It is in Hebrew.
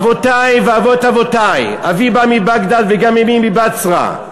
אבותי ואבות אבותי, אבי בא מבגדד, וגם אמי, מבצרה,